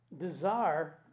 desire